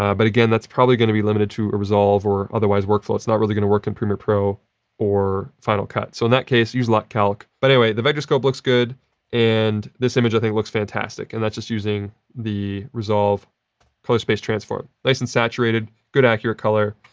ah but again that's probably gonna be limited to a resolve or otherwise workflow. it's not really gonna work in premiere pro or final cut. so, in that case, use lutcalc. but anyway, the vectorscope looks good and this image, i think, looks fantastic. and that's just using the resolve color space transform. nice and saturated. good accurate colour.